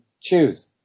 Choose